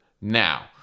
Now